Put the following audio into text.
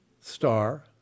star